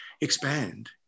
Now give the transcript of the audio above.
expand